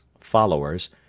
Followers